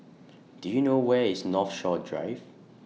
Do YOU know Where IS Northshore Drive